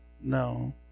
No